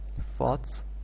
Thoughts